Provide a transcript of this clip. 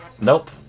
Nope